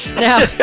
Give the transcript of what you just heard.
now